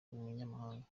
umunyamahanga